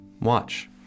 watch